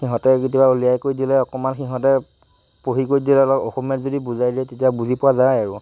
সিহঁতে কেতিয়াবা উলিয়াই কৰি দিলে অকমান সিহঁতে পঢ়ি কৰি দিলে অলপ অসমীয়াত যদি বুজাই দিয়ে তেতিয়া বুজি পোৱা যায় আৰু